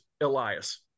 Elias